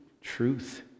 truth